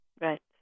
Right